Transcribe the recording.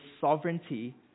sovereignty